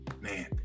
Man